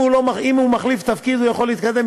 אם הוא מחליף תפקיד הוא יכול להתקדם,